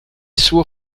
suo